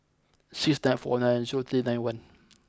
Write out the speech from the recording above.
six nine four nine zero three nine one